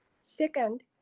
Second